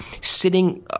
sitting